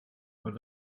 und